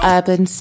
Urban